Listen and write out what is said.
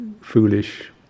foolish